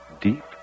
deep